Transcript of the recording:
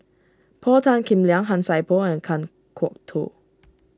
Paul Tan Kim Liang Han Sai Por and Kan Kwok Toh